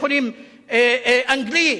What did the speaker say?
בית-חולים אנגלי,